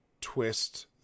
twist